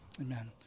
amen